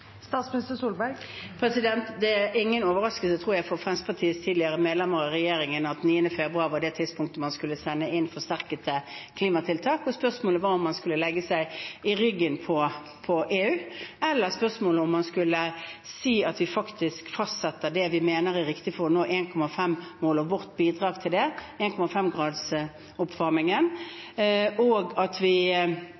Det er ingen overraskelse, tror jeg, for Fremskrittspartiets tidligere medlemmer av regjeringen at 9. februar var det tidspunktet da man skulle sende inn forsterkede klimatiltak. Spørsmålet var om man skulle legge seg i ryggen på EU, eller om man skulle si at vi fastsetter det vi mener er riktig for å nå 1,5-gradersmålet – vårt bidrag til det – og at vi, basert på det,